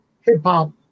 hip-hop